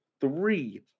three